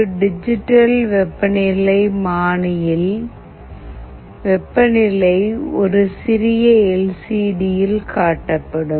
ஒரு டிஜிட்டல் வெப்பநிலைமானியில் வெப்பநிலை ஒரு சிறிய எல்சிடியில் காட்டப்படும்